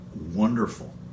wonderful